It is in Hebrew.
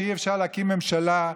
שאי-אפשר להקים ממשלה,